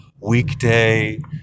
weekday